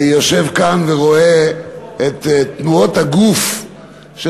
אני יושב כאן ורואה את תנועות הגוף של